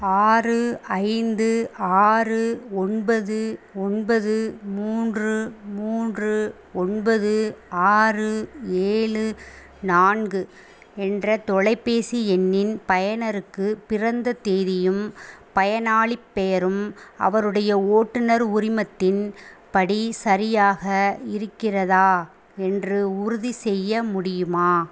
ஆறு ஐந்து ஆறு ஒன்பது ஒன்பது மூன்று மூன்று ஒன்பது ஆறு ஏழு நான்கு என்ற தொலைபேசி எண்ணின் பயனருக்கு பிறந்த தேதியும் பயனாளிப் பெயரும் அவருடைய ஓட்டுனர் உரிமத்தின் படி சரியாக இருக்கிறதா என்று உறுதிசெய்ய முடியுமா